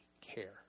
care